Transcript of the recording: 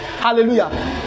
Hallelujah